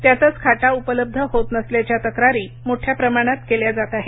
त्यातच खाटा उपलब्ध होत नसल्याच्या तक्रारी मोठ्या प्रमाणात केल्या जात आहेत